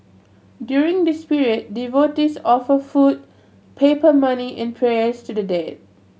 during this period devotees offer food paper money and prayers to the dead